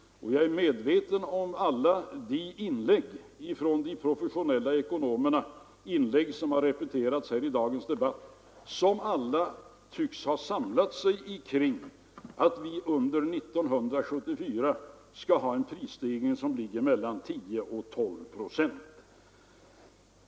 Jag är vidare medveten om inläggen från professionella ekonomer — inlägg som har repeterats här i dag — som alla tycks ha samlat sig kring uppfattningen att vi under 1974 kommer att få en prisstegring som ligger på mellan 10 och 12 procent.